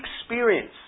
experience